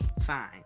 Fine